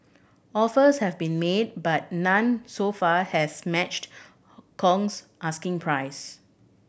offers have been made but none so far has matched Kong's asking price